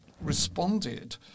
responded